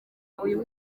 uyu